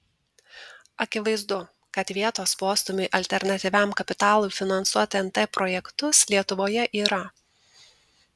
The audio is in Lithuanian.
akivaizdu kad vietos postūmiui alternatyviam kapitalui finansuoti nt projektus lietuvoje yra